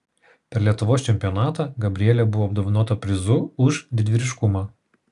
per lietuvos čempionatą gabrielė buvo apdovanota prizu už didvyriškumą